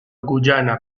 guyana